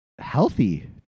Healthy